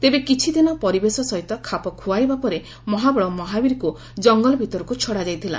ତେବେ କିଛିଦିନ ପରିବେଶ ସହିତ ଖାପ ଖୁଆଇବା ପରେ ମହାବଳ ମହାବୀରକୁ ଜଙ୍ଗଲ ଭିତରକୁ ଛଡ଼ା ଯାଇଥିଲା